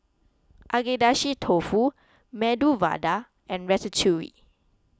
Agedashi Dofu Medu Vada and Ratatouille